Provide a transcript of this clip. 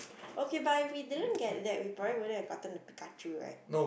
okay but if we didn't get that we probably wouldn't have gotten the Pikachu right